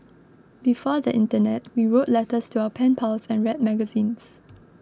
before the internet we wrote letters to our pen pals and read magazines